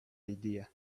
idea